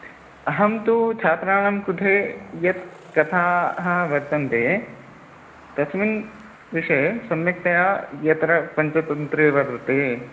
अहं तु छात्राणां कृते याः कथाः वर्तन्ते तस्मिन् विषये सम्यक्तया यत्र पञ्चतन्त्रे वर्तते